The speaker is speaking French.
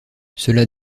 cela